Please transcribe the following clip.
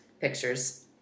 pictures